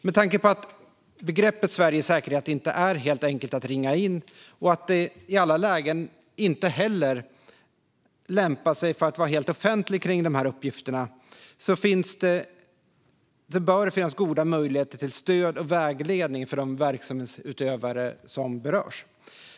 Med tanke på att begreppet "Sveriges säkerhet" inte är helt enkelt att ringa in och att det i alla lägen inte heller lämpar sig att vara offentlig kring de här uppgifterna bör det finnas goda möjligheter till stöd och vägledning för de verksamhetsutövare som berörs.